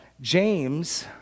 James